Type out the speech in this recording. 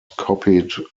copied